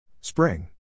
Spring